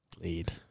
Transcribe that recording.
lead